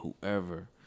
whoever